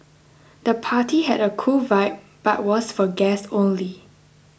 the party had a cool vibe but was for guests only